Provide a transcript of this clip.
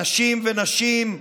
אנשים ונשים,